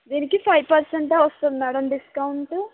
దీనికి five percent ఏ వస్తుంది మేడం డిస్కౌంట్